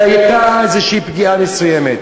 הוא דחף אותה והייתה איזו פגיעה מסוימת.